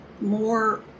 more